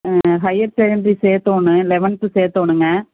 higher secondary சேர்த்தோணும் eleventh சேர்த்தோணுங்க